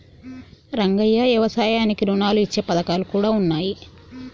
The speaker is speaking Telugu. రంగయ్య యవసాయానికి రుణాలు ఇచ్చే పథకాలు కూడా ఉన్నాయి